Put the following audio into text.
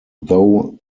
though